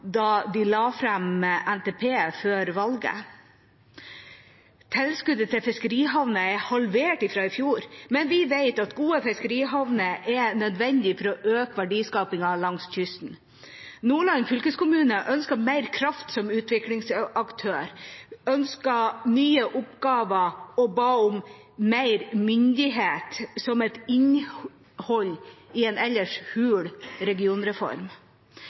da de la fram NTP før valget. Tilskuddet til fiskerihavner er halvert fra i fjor. Men vi vet at gode fiskerihavner er nødvendig for å øke verdiskapingen langs kysten. Nordland fylkeskommune ønsker mer kraft som utviklingsaktør, de ønsker nye oppgaver og ba om mer myndighet som et innhold i en ellers hul regionreform.